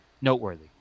noteworthy